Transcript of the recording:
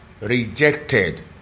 rejected